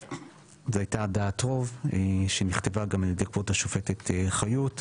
זו הייתה דעת רוב שנכתבה גם על ידי כבוד השופטת חיות,